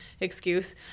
excuse